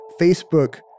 Facebook